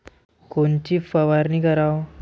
कोनची फवारणी कराव?